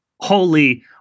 Holy